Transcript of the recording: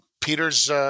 Peter's